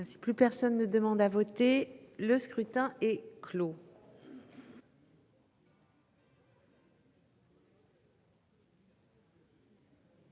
plus personne ne demande à voter le scrutin est clos.